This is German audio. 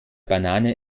banane